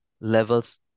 levels